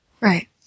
Right